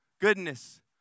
goodness